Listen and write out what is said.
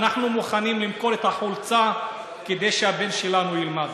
ואנחנו מוכנים למכור את החולצה כדי שהבן שלנו ילמד.